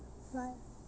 right